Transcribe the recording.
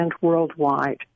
worldwide